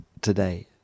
today